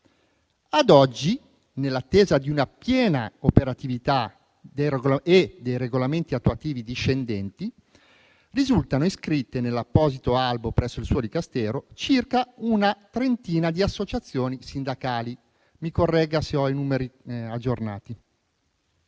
Ad oggi, nell'attesa di una piena operatività e dei regolamenti attuativi discendenti, risultano iscritte nell'apposito albo presso il suo Dicastero circa trenta associazioni sindacali; mi corregga se non ho numeri aggiornati.